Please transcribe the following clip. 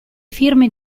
firme